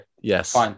yes